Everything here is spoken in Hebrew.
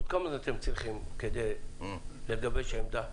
עוד כמה זמן אתם צריכים כדי לגבש עמדה,